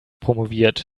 promoviert